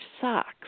socks